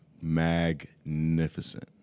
magnificent